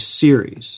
series